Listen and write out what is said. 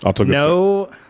no